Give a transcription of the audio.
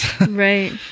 Right